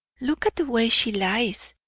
look at the way she lies!